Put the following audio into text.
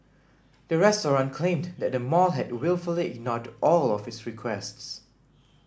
the restaurant claimed that the mall had wilfully ignored all of its requests